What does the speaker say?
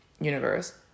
universe